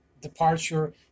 departure